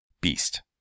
Beast